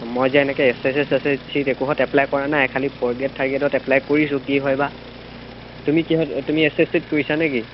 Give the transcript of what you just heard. মই এতিয়া এনেকৈ এছ এছ চি একোত এপ্লাই কৰা নাই খালি ফ'ৰ্থ গ্ৰেইড থাৰ্ড গ্ৰেইডত এপ্লাই কৰিছোঁ কি হয় বা তুমি কিহত তুমি এছ এছ চিত কৰিছা নে কি